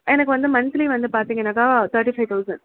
எனக்கு வந்து மன்த்லி வந்து பார்த்திங்கன்னாக்க தர்ட்டி ஃபைவ் தௌசண்ட்